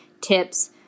tips